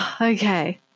okay